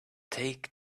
take